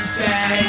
say